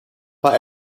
war